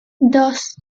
dos